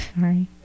sorry